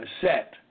set